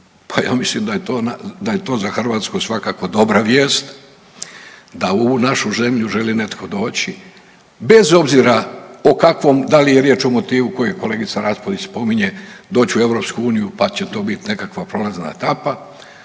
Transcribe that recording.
Pa ja mislim da je to za Hrvatsku svakako dobra vijest, da u našu zemlju želi netko doći bez obzira o kakvom, da li je riječ o motivu koji kolegica Raspudić spominje, doći u EU pa će to biti nekakva prolazna etapa.